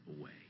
away